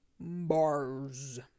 bars